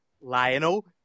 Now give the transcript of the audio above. Lionel